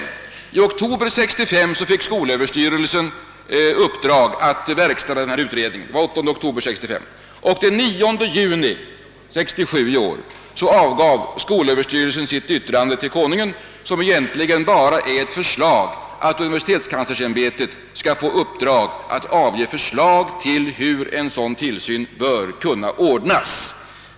Den 8 oktober 1965 fick skolöverstyrelsen i uppdrag att verkställa denna utredning. Den 9 juni 1967 avgav skolöverstyrelsen sitt yttrande till Konungen, vilket egentligen bara är ett förslag att det skall uppdragas åt universitetskanslersämbetet att avge förslag om hur en sådan tillsyn bör kunna ordnas.